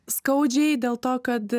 skaudžiai dėl to kad